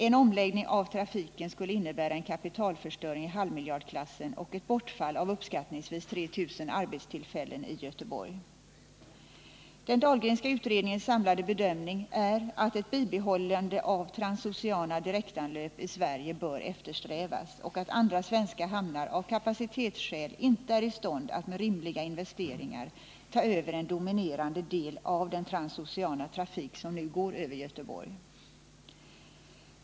En omläggning av trafiken skulle innebära en kapitalförstöring i halvmiljardklassen och ett bortfall av uppskattningsvis 3000 arbetstillfällen i Göteborg. Den Dahlgrenska utredningens samlade bedömning är att ett bibehållande av transoceana direktanlöp i Sverige bör eftersträvas och att andra svenska hamnar av kapacitetsskäl inte är i stånd att med rimliga investeringar ta över en dominerande del av den transoceana trafik som nu går över Göteborg.